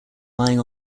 lying